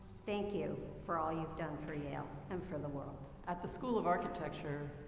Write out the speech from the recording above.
thank you for all you've done for yale and for the world. at the school of architecture,